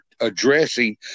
addressing